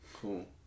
Cool